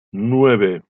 nueve